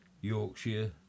Yorkshire